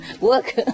Work